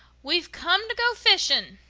we've come to go fishing,